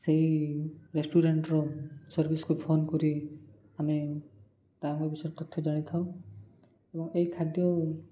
ସେଇ ରେଷ୍ଟୁରାଣ୍ଟ୍ର ସର୍ଭିସ୍କୁ ଫୋନ୍ କରି ଆମେ ତାଙ୍କ ବିଷୟରେ ତଥ୍ୟ ଜାଣିଥାଉ ଏବଂ ଏହି ଖାଦ୍ୟ